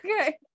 okay